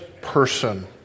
person